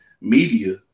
media